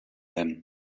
them